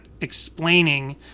explaining